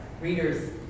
readers